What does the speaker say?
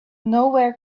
nowhere